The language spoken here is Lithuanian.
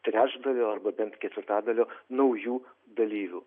trečdalio arba bent ketvirtadalio naujų dalyvių